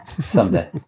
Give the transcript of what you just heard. Someday